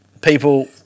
people